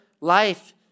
life